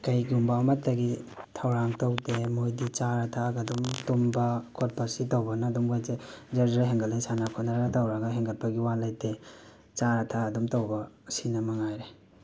ꯀꯩꯒꯨꯝꯕ ꯑꯃꯠꯇꯒꯤ ꯊꯧꯔꯥꯡ ꯇꯧꯗꯦ ꯃꯣꯏꯗꯤ ꯆꯥꯔ ꯊꯛꯑꯒ ꯑꯗꯨꯝ ꯇꯨꯝꯕ ꯈꯣꯠꯄ ꯁꯤ ꯇꯧꯕꯅ ꯑꯗꯨꯝ ꯋꯦꯠꯁꯦ ꯖꯔ ꯖꯔ ꯍꯦꯟꯒꯠꯂꯦ ꯁꯥꯟꯅ ꯈꯣꯠꯅꯔꯒ ꯇꯧꯔꯒ ꯍꯦꯟꯒꯠꯄꯒꯤ ꯋꯥ ꯂꯩꯇꯦ ꯆꯥꯔ ꯊꯛꯑ ꯑꯗꯨꯝ ꯇꯧꯕ ꯑꯁꯤꯅ ꯃꯉꯥꯏꯔꯦ